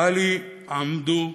טלי עמדי,